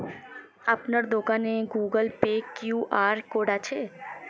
আপনার দোকানে Google Pay QR code আছে?